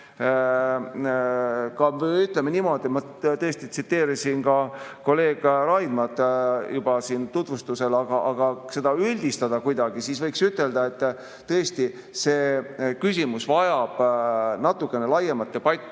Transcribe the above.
tõesti, ütleme niimoodi, ma tõesti tsiteerisin ka kolleeg Raidmat juba eelnõu tutvustusel, aga kui seda üldistada kuidagi, siis võiks ütelda, et tõesti see küsimus vajab natukene laiemat debatti,